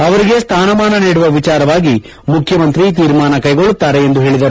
ಅವರಿಗೆ ಸ್ವಾನಮಾನ ನೀಡುವ ವಿಚಾರವಾಗಿ ಮುಖ್ಯಮಂತ್ರಿ ತೀರ್ಮಾನ ಕೈಗೊಳ್ಳುತ್ತಾರೆ ಎಂದು ತಿಳಿಸಿದರು